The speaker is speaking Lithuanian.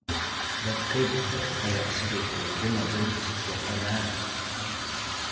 bet kaip vsd jam suteikė leidimą dirbti su slapta medžiaga